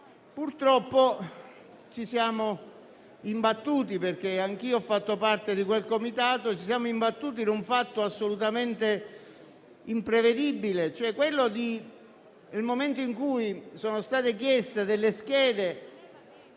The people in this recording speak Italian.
Purtroppo, ci siamo imbattuti - anch'io ho fatto parte di quel Comitato - in un fatto assolutamente imprevedibile. Nel momento in cui sono state chieste le schede